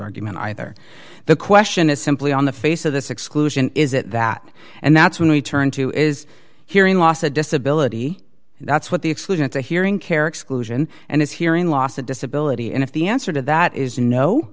argument either the question is simply on the face of this exclusion is it that and that's when we turn to is hearing loss a disability and that's what the exclusion of the hearing care exclusion and is hearing loss of disability and if the answer to that is no